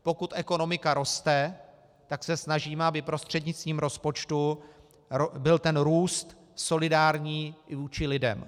Pokud ekonomika roste, tak se snažíme, aby prostřednictvím rozpočtu byl ten růst solidární i vůči lidem.